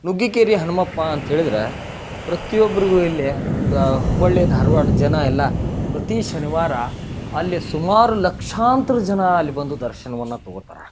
ನುಗ್ಗಿಕೇರಿ ಹನುಮಪ್ಪ ಅಂತ್ಹೇಳಿದ್ರೆ ಪ್ರತಿ ಒಬ್ಬರಿಗು ಇಲ್ಲಿ ಹುಬ್ಬಳ್ಳಿ ಧಾರ್ವಾಡದ ಜನ ಎಲ್ಲಾ ಪ್ರತಿ ಶನಿವಾರ ಅಲ್ಲಿ ಸುಮಾರು ಲಕ್ಷಾಂತ್ರ ಜನ ಅಲ್ಲಿ ಬಂದು ದರ್ಶನವನ್ನು ತೊಗೋತಾರೆ